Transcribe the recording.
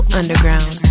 underground